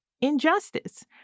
injustice